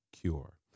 Cure